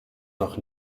noch